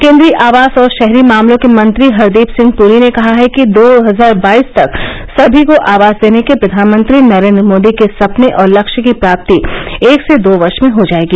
केन्द्रीय आवास और शहरी मामलों के मंत्री हरदीप सिंह पूरी ने कहा है कि दो हजार बाईस तक सभी को आवास देने के प्रधानमंत्री नरेन्द्र मोदी के सपने और लक्ष्य की प्राप्ति एक से दो वर्ष में हो जायेगी